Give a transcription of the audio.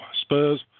spurs